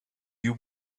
you